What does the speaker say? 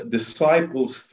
disciples